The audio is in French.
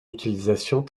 utilisation